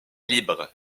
libre